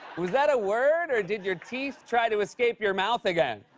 was that a word or did your teeth try to escape your mouth again?